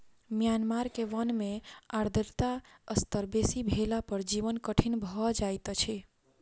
Myanmar के वन में आर्द्रता स्तर बेसी भेला पर जीवन कठिन भअ जाइत अछि